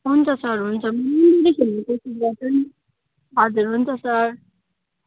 हुन्छ सर हुन्छ राम्ररी खेल्ने कोसिस गर्छु नि हजुर हुन्छ सर